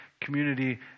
community